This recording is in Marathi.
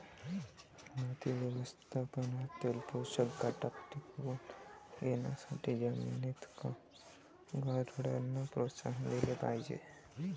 माती व्यवस्थापनातील पोषक घटक टिकवून ठेवण्यासाठी जमिनीत गांडुळांना प्रोत्साहन दिले पाहिजे